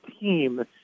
team